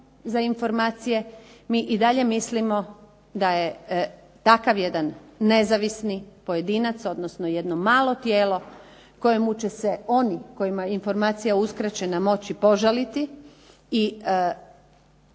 za informacije. Mi i dalje mislimo da je takav jedan nezavisni pojedinac, odnosno jedno malo tijelo kojemu će se oni kojima je informacija uskraćena moći požaliti i koji